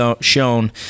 shown